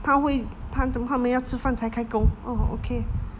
他会换成等他们要吃饭才开工 orh okay